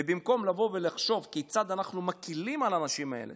ובמקום לבוא ולחשוב כיצד אנחנו מקילים על האנשים האלה